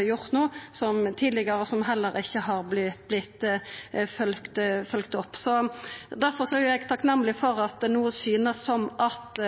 gjort nå, som heller ikkje har vorte følgde opp. Derfor er eg takknemleg for at det no synest som at